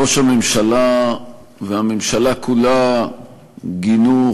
ראש הממשלה והממשלה כולה גינו,